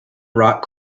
rock